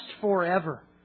forever